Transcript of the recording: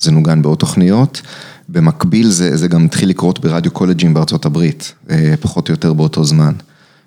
זה נוגן בעוד תוכניות, במקביל זה...זה גם התחיל לקרות ברדיו-קולג'ים בארצות הברית, פחות או יותר באותו זמן.